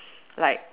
like